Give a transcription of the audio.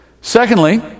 Secondly